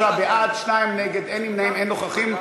23 בעד, שניים נגד, אין נמנעים ואין נוכחים.